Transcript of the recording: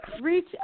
reach